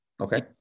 Okay